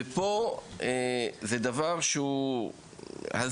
פה זה דבר שהוא הזוי,